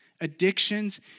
Addictions